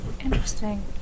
Interesting